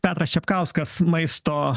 petras čepkauskas maisto